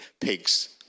pigs